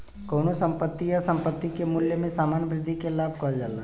कउनो संपत्ति या संपत्ति के मूल्य में सामान्य वृद्धि के लाभ कहल जाला